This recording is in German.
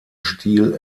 stil